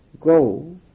go